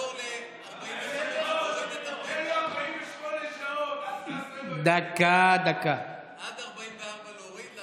תן לו 48 שעות ואז, עד 44 להוריד,